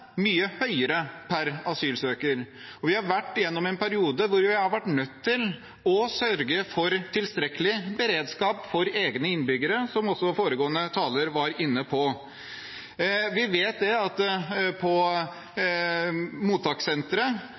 mye høyere per asylsøker. Vi har vært gjennom en periode hvor vi har vært nødt til å sørge for tilstrekkelig beredskap for egne innbyggere, som også foregående taler var inne på. Vi vet at man på mottakssenteret